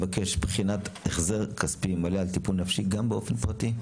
נבקש בחינת החזר כספי מלא על טיפול נפשי גם באופן פרטי.